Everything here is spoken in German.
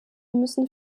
müssen